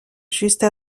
juste